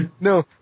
No